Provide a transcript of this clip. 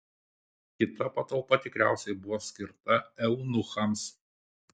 kita patalpa tikriausiai buvo skirta eunuchams